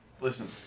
listen